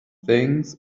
things